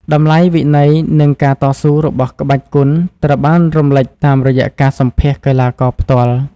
តម្លៃវិន័យ និង ការតស៊ូ របស់ក្បាច់គុនត្រូវបានរំលេចតាមរយៈការសម្ភាសន៍កីឡាករផ្ទាល់។